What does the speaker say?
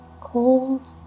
cold